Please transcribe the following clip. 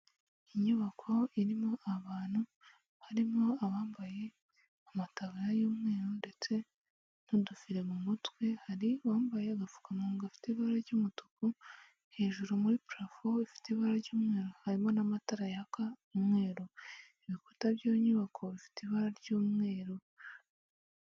Inyubako irimo abantu. Harimo abambaye amataburiya y'umweru ndetse n'udufire mu mutwe, hari uwambaye agapfukamunwa gafite ibara ry'umutuku. Hejuru muri parafo ifite ibara ry'umweru, harimo n'amatara yaka umweru. Ibikuta by'iyo nyubako bifite ibara ry'umweru.